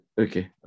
okay